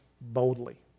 boldly